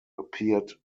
appeared